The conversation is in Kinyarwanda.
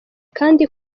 kandi